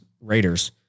Raiders